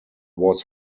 was